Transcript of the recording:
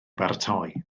baratoi